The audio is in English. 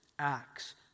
acts